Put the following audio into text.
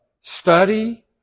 study